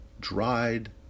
dried